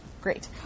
Great